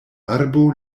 arbo